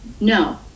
No